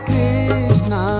Krishna